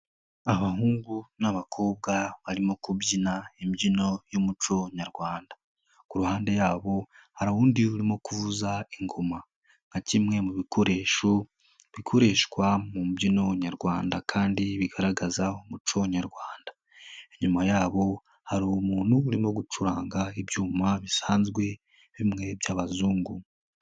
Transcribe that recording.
Abahungu n'abakobwa barimo kubyina imbyino y'umuco nyarwanda. Ku ruhande yabo hari uwundi urimo kuvuza ingoma nka kimwe mu bikoresho bikoreshwa mu mbyino nyarwanda kandi bigaragaza umuco nyarwanda. Inyuma yabo hari umuntu urimo gucuranga ibyuma bisanzwe, bimwe by'abazungu.